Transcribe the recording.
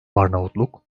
arnavutluk